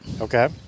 Okay